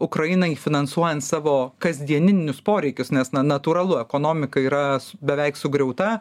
ukrainai finansuojant savo kasdieninius poreikius nes na natūralu ekonomika yra beveik sugriauta